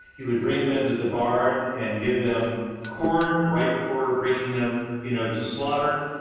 he would bring them into the barn and give them corn, right before ah bringing them you know to slaughter.